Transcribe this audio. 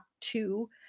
two